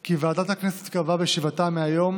כי ועדת הכנסת קבעה בישיבתה היום